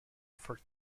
for